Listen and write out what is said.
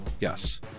Yes